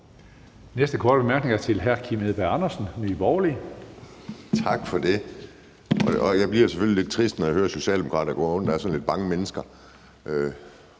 Næste korte bemærkning er til hr. Kim Edberg Andersen, Nye Borgerlige. Kl. 17:27 Kim Edberg Andersen (NB): Tak for det. Jeg bliver selvfølgelig lidt trist, når jeg hører, at socialdemokrater går rundt og er sådan lidt bange mennesker.